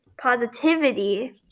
positivity